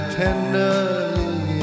tenderly